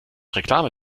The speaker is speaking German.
reklame